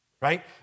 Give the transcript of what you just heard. right